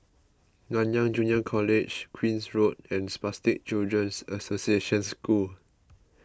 Nanyang Junior College Queen's Road and Spastic Children's Association School